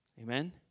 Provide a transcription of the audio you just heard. Amen